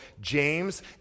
James